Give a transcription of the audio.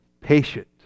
patient